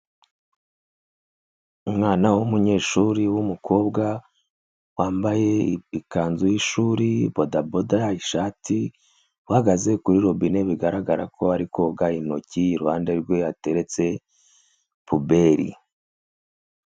Umwana w'umunyeshuri w'umukobwa wambaye ikanzu y'ishuri, bodaboda, ishati uhagaze kuri robine, bigaragara ko ari koga intoki iruhande rwe yateretse puberi.